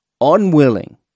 unwilling